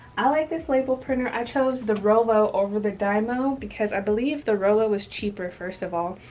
i like this label printer. i chose the rollo over the dymo because i believe the rollo was cheaper, first of all.